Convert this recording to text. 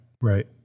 Right